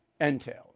entails